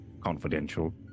confidential